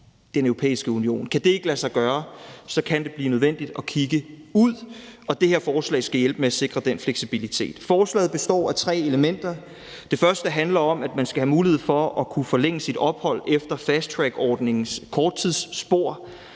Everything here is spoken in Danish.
Den Europæiske Union. Kan det ikke lade sig gøre, kan det blive nødvendigt at kigge ud, og det her forslag skal hjælpe med at sikre den fleksibilitet. Forslaget består af tre elementer. Det første handler om, at man skal have mulighed for at forlænge sit ophold efter fasttrackordningens korttidsspor,